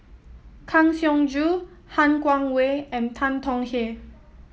Kang Siong Joo Han Guangwei and Tan Tong Hye